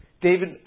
David